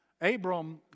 Abram